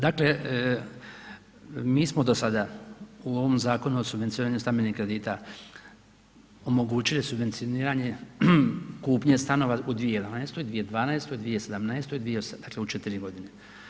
Dakle mi smo do sada u ovom Zakonu o subvencioniranju stambenih kredita omogućili subvencioniranje kupnje stanova u 2011., 2012., 2017., 2018., dakle u 4 godine.